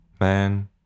man